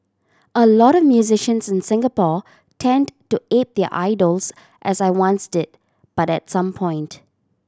a lot of musicians in Singapore tend to ape their idols as I once did but at some point